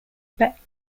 back